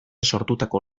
sortutako